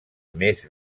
més